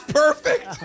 perfect